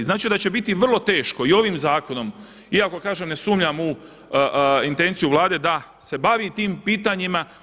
Znači da će biti vrlo teško i ovim zakonom, iako kažem ne sumnjam u intenciju Vlade da se bavi tim pitanjima.